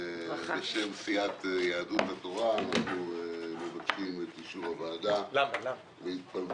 בשם סיעת יהדות התורה אנחנו מבקשים את אישור הוועדה להתפלגות